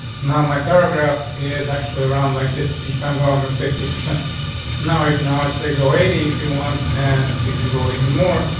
now my paragraph is actually around like this. if i'm going with fifty percent now, you can obviously go eighty if you want, and you can go even more.